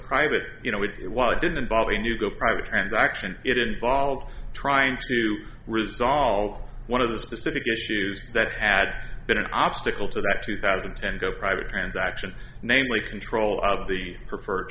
private you know it well it didn't involve a new go private transaction it involves trying to resolve one of the specific issues that had been an obstacle to that two thousand and ten go private transaction namely control of the preferred